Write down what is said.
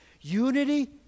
Unity